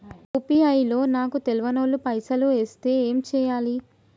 UPI లో నాకు తెల్వనోళ్లు పైసల్ ఎస్తే ఏం చేయాలి?